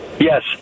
Yes